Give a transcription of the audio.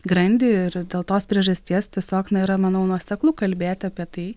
grandį ir dėl tos priežasties tiesiog na yra manau nuoseklu kalbėti apie tai